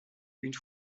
une